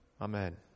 Amen